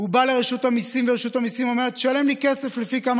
בא לרשות המיסים ורשות המיסים אומרת: תשלם לי כסף לפי כמה